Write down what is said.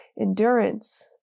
endurance